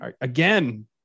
again